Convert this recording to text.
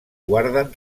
guarden